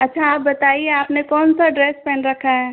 अच्छा आप बताइए आप ने कौन सा ड्रेस पहन रखा है